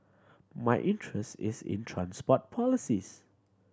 my interest is in transport policies